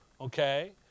okay